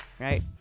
right